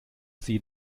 sie